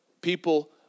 people